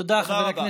תודה רבה.